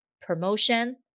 promotion